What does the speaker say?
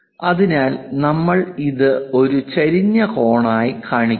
അതിനാൽ നമ്മൾ ഇത് ഒരു ചെരിഞ്ഞ കോണായി കാണിക്കുന്നു